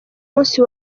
munsi